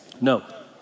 No